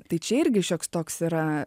tai čia irgi šioks toks yra